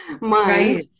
right